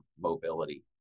mobility